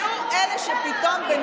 היו אלה שפתאום,